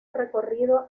recorrido